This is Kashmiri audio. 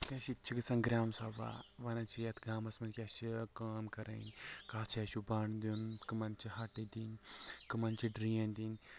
سۭتۍ چھِ گرٛام سَبھا وَنان چھِ یَتھ گامَس منٛز کیٛاہ چھِ کٲم کَرٕنۍ کَتھ جایہِ چھُ بنٛڈ دیُن کَمَن چھِ ہَٹہٕ دِنۍ کَمَن چھِ ڈرٛین دِنۍ